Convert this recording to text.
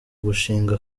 gushinga